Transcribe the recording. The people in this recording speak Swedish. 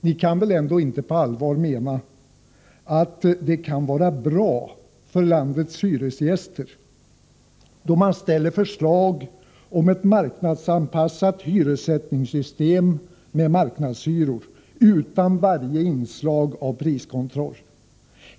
Ni kan väl ändå inte på allvar mena att det kan vara bra för landets hyresgäster att föreslå ett marknadsanpassat hyressättningssystem med marknadshyror utan varje inslag av priskontroll?